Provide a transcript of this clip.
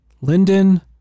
Linden